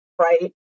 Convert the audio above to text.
right